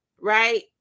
right